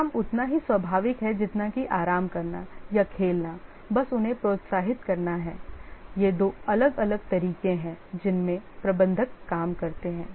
काम उतना ही स्वाभाविक है जितना कि आराम करना या खेलना बस उन्हें प्रोत्साहित करना है ये दो अलग अलग तरीके हैं जिनमें प्रबंधक काम करते हैं